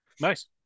Nice